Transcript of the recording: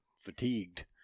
fatigued